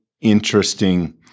interesting